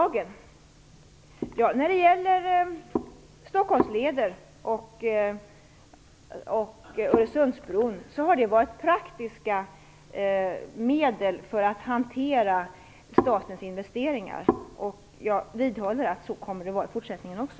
När det gäller Stockholmsleder och Öresundsbron har dotterbolagen varit praktiska medel för att hantera statens investeringar. Jag vidhåller att det kommer att vara så i fortsättningen också.